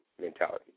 mentality